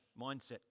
mindset